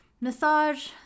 massage